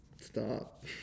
Stop